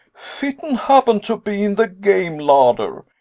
fitton happened to be in the game larder.